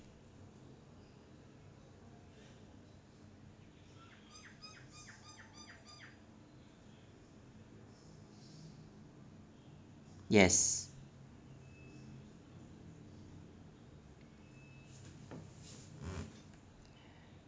yes